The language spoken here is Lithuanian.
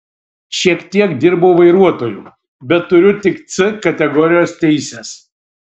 šiek tiek dirbau vairuotoju bet turiu tik c kategorijos teises